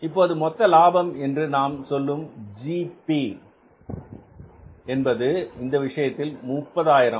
இப்போது மொத்த லாபம் என்று நாம் சொல்லும் ஜிபி என்பது இந்த விஷயத்தில் 30000